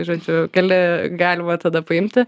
žodžiu gali galima tada paimti